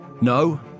No